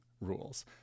rules